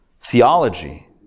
theology